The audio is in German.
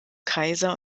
kaiser